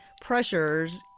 pressures